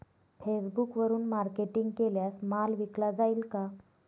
फेसबुकवरुन मार्केटिंग केल्यास माल विकला जाईल का?